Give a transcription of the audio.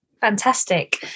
Fantastic